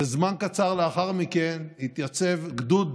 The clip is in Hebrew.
זמן קצר לאחר מכן התייצב גדוד